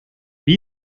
wie